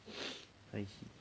I see